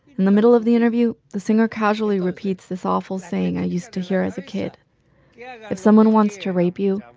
in the middle of the interview, the singer casually repeats this awful saying i used to hear as a kid yeah if someone wants to rape you,